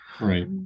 Right